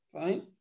Fine